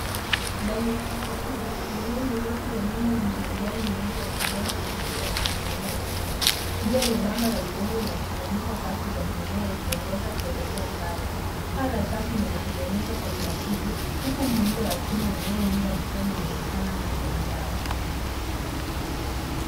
Ndani ya chafu kubwa, mimea mirefu ya nyanya yenye majani mengi ya kijani kibichi yananing'inia chini. Njia nyembamba ya udongo inatenganisha safu za mimea ikiongoza kuelekea mbali. Paa la chafu limetengenezwa kwa plastiki, huku muundo wa chuma unaounga mkono umeshikana nayo na ndani.